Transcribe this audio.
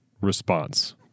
response